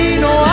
no